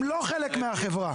הם לא חלק מהחברה.